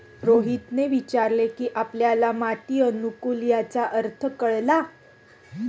रोहितने विचारले की आपल्याला माती अनुकुलन याचा काय अर्थ कळला?